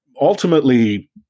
ultimately